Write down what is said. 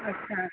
अच्छा